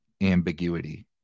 ambiguity